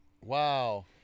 Wow